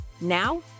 Now